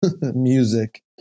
music